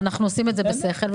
ואנחנו עושים את זה בשכל.